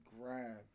grab